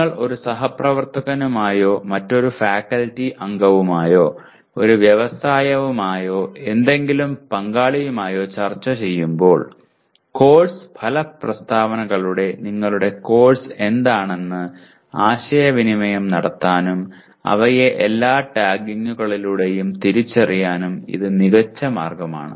നിങ്ങൾ ഒരു സഹപ്രവർത്തകനുമായോ മറ്റൊരു ഫാക്കൽറ്റി അംഗവുമായോ ഒരു വ്യവസായവുമായോ ഏതെങ്കിലും പങ്കാളിയുമായോ ചർച്ച ചെയ്യുമ്പോൾ കോഴ്സ് ഫല പ്രസ്താവനകളിലൂടെ നിങ്ങളുടെ കോഴ്സ് എന്താണെന്ന് ആശയവിനിമയം നടത്താനും അവയെ എല്ലാ ടാഗുകളിലൂടെയും തിരിച്ചറിയാനും ഇത് മികച്ച മാർഗമാണ്